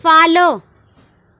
follow